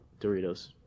Doritos